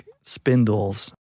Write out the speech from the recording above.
spindles